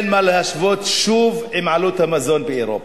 אין מה להשוות עם עלות המזון באירופה.